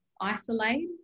isolate